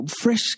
fresh